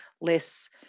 less